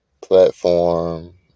platform